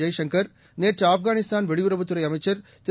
ஜெய்சங்கர் நேற்று ஆப்கானிஸ்தான் வெளியுறவுத்துறை அமைச்சர் திரு